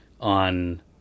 on